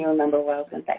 number welcome.